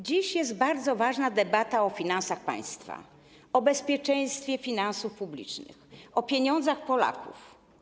Dziś odbywa się bardzo ważna debata o finansach państwa, o bezpieczeństwie finansów publicznych, o pieniądzach Polaków.